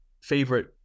favorite